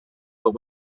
but